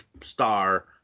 star